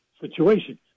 situation